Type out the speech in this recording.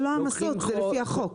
אלה לא העמסות, זה לפי החוק.